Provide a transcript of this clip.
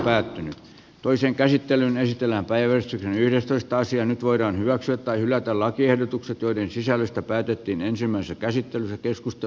päättynyt toisen käsittelyn esitellään päivä sitten yhdestoista sija nyt voidaan hyväksyä tai hylätä lakiehdotukset joiden sisällöstä päätettiin ensimmäisessä käsittelyssä keskusta